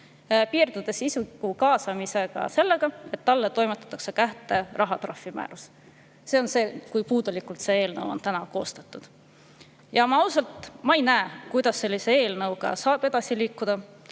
piirdudes isiku kaasamisel sellega, et talle toimetatakse kätte rahatrahvi määrus. See näitab, kui puudulikult see eelnõu on koostatud. Ausalt, ma ei näe, kuidas sellise eelnõuga saab edasi liikuda.